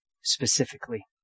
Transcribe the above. specifically